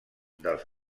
dels